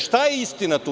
Šta je istina tu?